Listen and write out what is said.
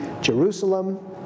Jerusalem